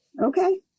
Okay